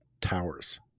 Towers